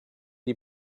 die